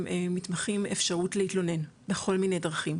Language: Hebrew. מתמחים אפשרות להתלונן בכל מיני דרכים,